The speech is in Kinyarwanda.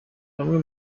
bamwe